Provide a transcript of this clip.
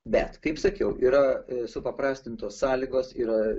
bet kaip sakiau yra supaprastintos sąlygos yra